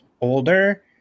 older